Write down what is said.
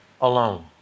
alone